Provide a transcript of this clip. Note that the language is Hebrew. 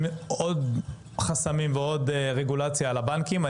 עוד חסמים ועוד רגולציה על הבנקים.